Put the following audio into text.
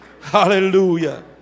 Hallelujah